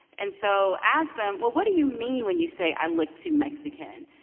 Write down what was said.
and so ask them, well, what do you mean when you say i look too mexican?